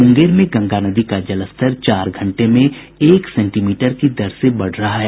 मुंगेर में गंगा नदी का जलस्तर चार घंटे में एक सेंटीमीटर की दर से बढ़ रहा है